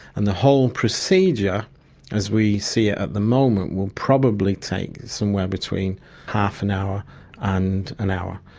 and the whole procedure as we see it at the moment will probably take somewhere between half an hour and an hour.